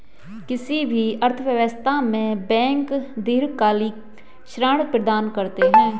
किसी भी अर्थव्यवस्था में बैंक दीर्घकालिक ऋण प्रदान करते हैं